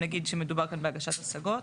שמדובר בהגשת השגות.